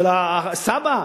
של הסבא,